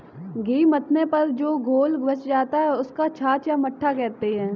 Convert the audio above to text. घी मथने पर जो घोल बच जाता है, उसको छाछ या मट्ठा कहते हैं